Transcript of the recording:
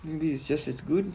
maybe it's just as good